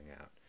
out